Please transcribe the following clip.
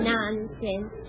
Nonsense